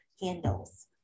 handles